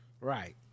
Right